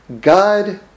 God